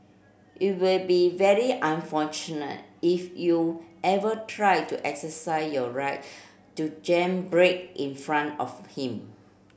it will be very unfortunate if you ever try to exercise your right to jam brake in front of him